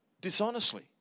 dishonestly